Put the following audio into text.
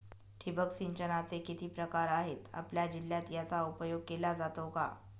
ठिबक सिंचनाचे किती प्रकार आहेत? आपल्या जिल्ह्यात याचा उपयोग केला जातो का?